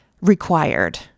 required